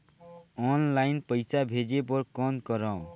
Online पईसा भेजे बर कौन करव?